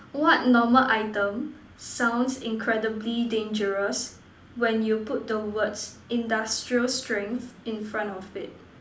what normal item sounds incredibly dangerous when you put the words industrial strength in front of it